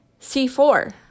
C4